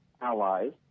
allies